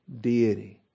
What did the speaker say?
deity